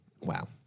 Wow